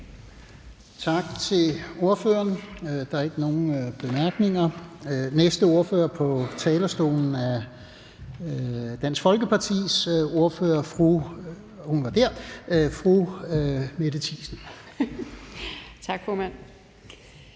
Tak til ordføreren. Der er ikke nogen korte bemærkninger. Den næste ordfører på talerstolen er Dansk Folkepartis ordfører, fru Mette Thiesen. Kl.